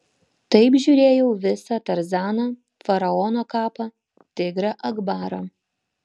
taip žiūrėjau visą tarzaną faraono kapą tigrą akbarą